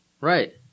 right